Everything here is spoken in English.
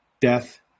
death